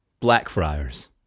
Blackfriars